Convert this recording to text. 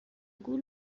گول